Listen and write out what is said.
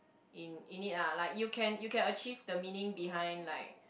in in need lah like you can you can achieve the meaning behind like